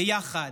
ביחד.